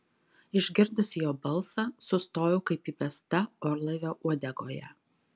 išgirdusi jo balsą sustojau kaip įbesta orlaivio uodegoje